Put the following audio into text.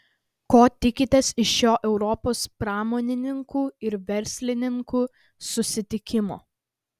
ko tikitės iš šio europos pramonininkų ir verslininkų susitikimo